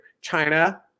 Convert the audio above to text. China